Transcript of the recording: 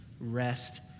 Rest